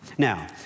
Now